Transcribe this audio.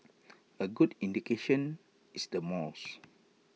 A good indication is the malls